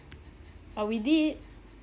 but we did